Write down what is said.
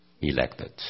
elected